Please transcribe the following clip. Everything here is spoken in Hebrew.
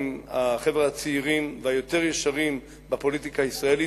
החבר'ה הצעירים והיותר ישרים בפוליטיקה הישראלית,